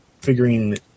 figuring